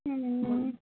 ও